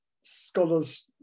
scholars